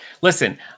Listen